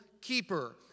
keeper